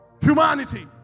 humanity